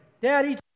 daddy